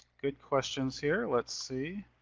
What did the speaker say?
good questions here, let's see.